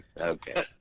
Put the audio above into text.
Okay